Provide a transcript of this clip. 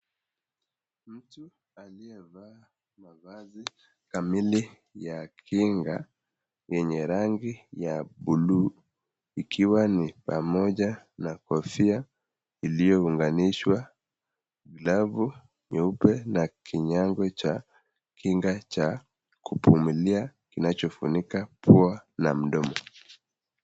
Mtu aliyevaa mavazi kamili ya kinga yenye rangi ya blue ikiwa ni pamoja na kofia iliyounganishwa, glavu nyeupe na kinyago cha kinga cha kupumulia kinachofunika pua na mdomo.